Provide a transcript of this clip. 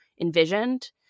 envisioned